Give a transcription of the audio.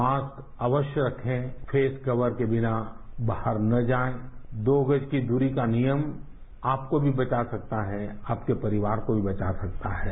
mask अवश्य रखें face cover के बिना बाहर न जाएं दो गज की दूरी का नियम आपको को भी बचा सकता है आपके परिवार को भी बचा सकताहै